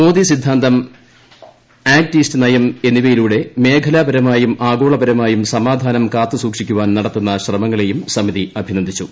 മോദി സിദ്ധാന്തം act east നയം എന്നിവയിലൂടെ മേഖലാപരമായും ആഗോളപരമായും കാത്തുസൂക്ഷിക്കാൻ നടത്തുന്ന ശ്രമങ്ങളെയും സമിതി അഭിനന്ദിച്ചു